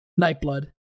Nightblood